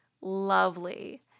lovely